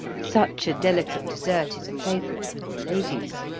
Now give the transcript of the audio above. such a delicate dessert is a favorite with the ladies,